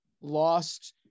lost